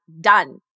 done